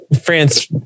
France